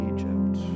Egypt